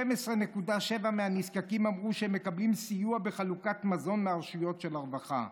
ו-12.7% מהנזקקים אמרו שהם מקבלים סיוע בחלוקת מזון מהרשויות של הרווחה.